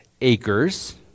acres